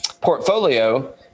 portfolio